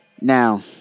Now